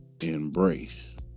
embrace